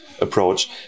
approach